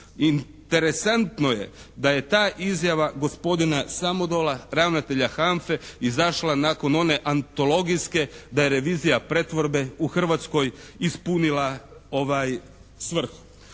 Interesantno je da je ta izjava gospodina Samodola, ravnatelja HANFA-e izašla nakon one antologijske da je revizija pretvorbe u Hrvatskoj ispunila svrhu.